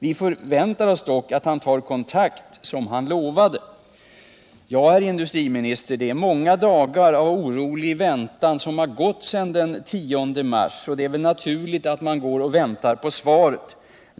Vi förväntar oss dock att han tar kontakt, som han lovade.” Ja, herr industriminister, många dagar av orolig väntan har gått sedan den 10 mars, så det är väl naturligt att man gått och väntat på svaret.